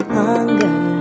hunger